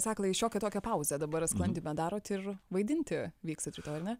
sakalai šiokią tokią pauzę dabar sklandyme darot ir vaidinti vyksit rytoj ar ne